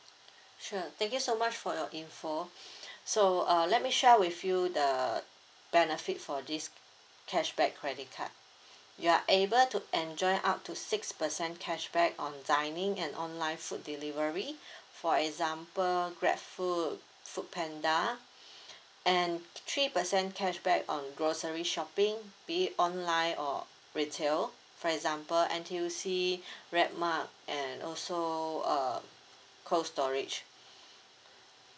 sure thank you so much for your info so uh let me share with you the benefit for this cashback credit card you are able to enjoy up to six percent cashback on dining and online food delivery for example grabfood foodpanda and three percent cashback on grocery shopping be it online or retail for example N_T_U_C redmart and also so uh cold storage